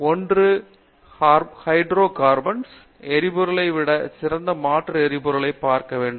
ஒன்று ஹைட்ரோகார்பன் எரிபொருட்களை விட சிறந்த மாற்று எரிபொருட்களைப் பார்க்க வேண்டும்